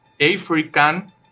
African